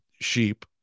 sheep